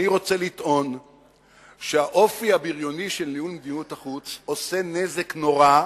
אני רוצה לטעון שהאופי הבריוני של ניהול מדיניות החוץ עושה נזק נורא,